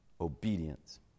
Obedience